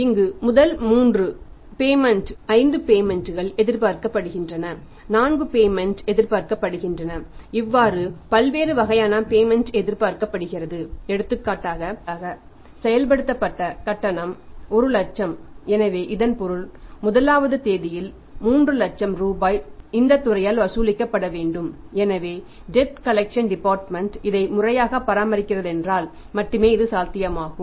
இங்கு முதல் மூன்று பேமெண்ட் இதை முறையாக பராமரிக்கப்படுகிறதென்றால் மட்டுமே இது சாத்தியமாகும்